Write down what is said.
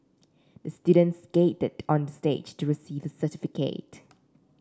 the student skated onto the stage to receive his certificate